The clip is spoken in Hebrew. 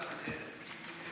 מה זה?